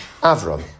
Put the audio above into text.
Avram